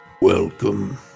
welcome